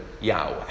Yahweh